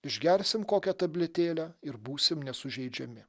išgersim kokią tabletėlę ir būsim nesužeidžiami